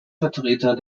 vertreter